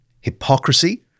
hypocrisy